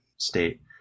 state